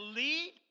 lead